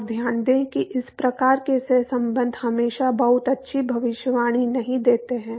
और ध्यान दें कि इस प्रकार के सहसंबंध हमेशा बहुत अच्छी भविष्यवाणी नहीं देते हैं